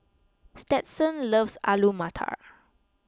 Stetson loves Alu Matar